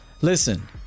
Listen